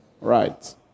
Right